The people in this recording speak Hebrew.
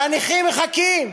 והנכים מחכים,